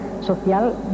social